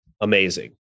amazing